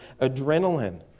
adrenaline